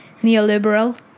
neoliberal